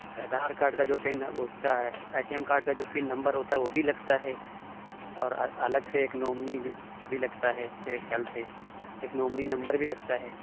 Aadhaar card کا جو PIN ہے وہ اُس کا اے ٹی ایم کارڈ کا جو پن نمبر ہوتا ہے وہ بھی لگتا ہے اور الگ سے ایک نومنی بھی بھی لگتا ہے میرے خیال سے ایک نومنی نمبر بھی لگتا ہے